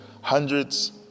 hundreds